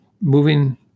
moving